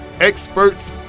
experts